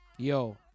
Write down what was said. Yo